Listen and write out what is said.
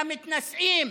יא מתנשאים,